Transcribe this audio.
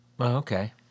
Okay